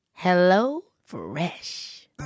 HelloFresh